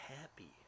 happy